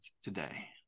today